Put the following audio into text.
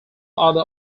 other